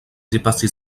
dépassé